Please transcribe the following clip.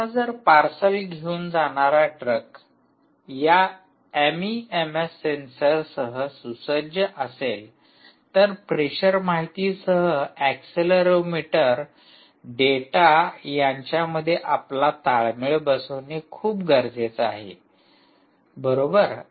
आता जर पार्सल घेऊन जाणारा ट्रक या एमईएमएस सेन्सरसह सुसज्ज असेल तर प्रेशर माहितीसह ऍक्सेलेरोमीटर डेटा यांच्या मध्ये आपल्याला ताळमेळ बसविणे खूप गरजेचे आहे बरोबर